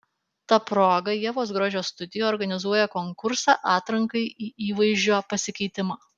ta proga ievos grožio studija organizuoja konkursą atrankai į įvaizdžio pasikeitimą